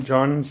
John